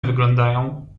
wyglądają